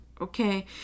Okay